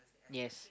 yes